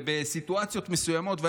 בסיטואציות מסוימות,